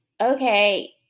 okay